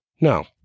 no